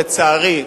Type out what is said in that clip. לצערי,